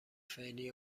فعلی